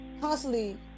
constantly